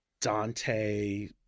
Dante